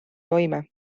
toime